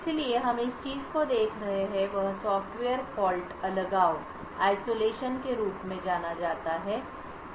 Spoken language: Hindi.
इसलिए हम जिस चीज को देख रहे हैं वह सॉफ्टवेयर फॉल्ट अलगाव के रूप में जाना जाता है